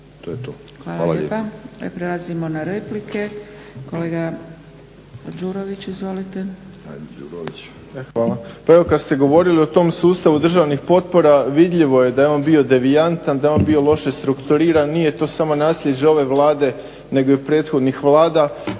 Hvala lijepa. Prelazimo na replike. Kolega Đurović, izvolite. **Đurović, Dražen (HDSSB)** Hvala. Pa evo kad ste govorili o tom sustavu državnih potpora vidljivo je da je on bio devijantan, da je on bio loše strukturiran. Nije to samo naslijeđe ove Vlade nego i prethodnih vlada.